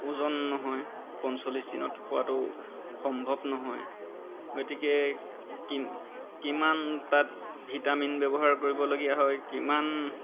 ওজন নহয় পঞ্চল্লিছ দিনত হোৱাটো সম্ভৱ নহয় গতিকে কিমান তাত ভিটামিন ব্যৱহাৰ কৰিবলগীয়া হয় কিমান